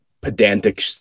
pedantic